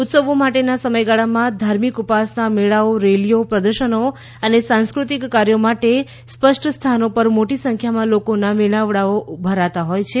ઉત્સવો માટેના સમયગાળામાં ધાર્મિક ઉપાસના મેળાઓ રેલીઓ પ્રદર્શનો અને સાંસ્કૃતિક કાર્યો માટે સ્પષ્ટસ્થાનો પર મોટી સંખ્યામાં લોકોના મેળાવડાઓ ભરાતા હોય છે